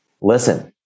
listen